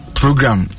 program